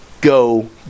go